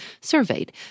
surveyed